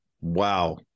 wow